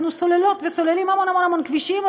אנחנו סוללות וסוללים המון המון המון כבישים,